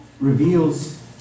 reveals